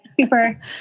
super